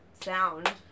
sound